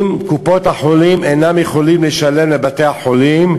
אם קופות-החולים אינן יכולות לשלם לבתי-החולים,